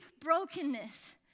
brokenness